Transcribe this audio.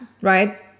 right